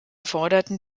forderten